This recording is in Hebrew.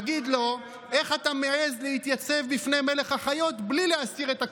נגיד לו: איך אתה מעז להתייצב בפני מלך החיות בלי להסיר את הכובע?